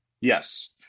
Yes